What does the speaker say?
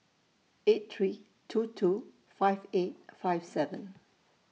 eight three two two five eight five seven